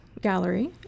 gallery